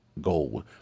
gold